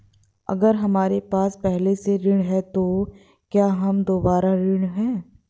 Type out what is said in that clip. अगर हमारे पास पहले से ऋण है तो क्या हम दोबारा ऋण हैं?